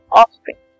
offspring